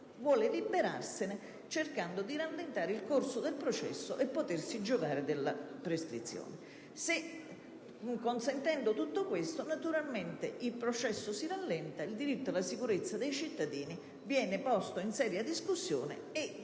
vuole liberarsene, cercando di rallentare il corso del processo e giovarsi così della prescrizione, e il gioco è fatto. Consentendo tutto questo, naturalmente, il processo si rallenta, il diritto alla sicurezza dei cittadini viene posto in seria discussione